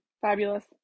fabulous